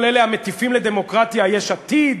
כל אלה המטיפים לדמוקרטיה, יש עתיד,